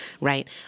right